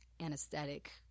anesthetic